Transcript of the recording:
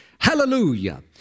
Hallelujah